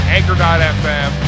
Anchor.fm